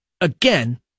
again